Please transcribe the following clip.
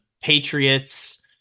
Patriots